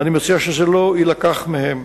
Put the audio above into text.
ואני מציע שזה לא יילקח מהם.